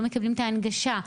לא מקבלים את ההנגשה?